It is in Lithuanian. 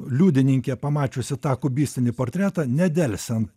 liudininkė pamačiusi tą kubistinį portretą nedelsiant